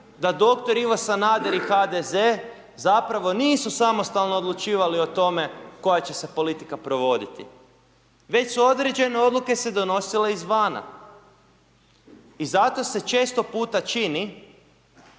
da doktor Ivo Sanader i HDZ zapravo nisu samostalno odlučivali o tome koja će se politika provoditi već su određene odluke se donosile izvana i zato se često puta čini